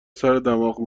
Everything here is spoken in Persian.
سردماغ